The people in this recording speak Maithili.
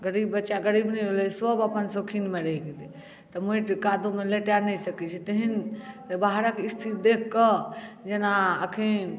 गरीब बच्चा गरीब नहि रहलै सभ अपन शौकीनमे रहि गेलै तऽ माटि कादोमे लेटाए नहि सकैत छै तेहन बाहरक स्थिति देख कऽ जेना एखन